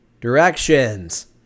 Directions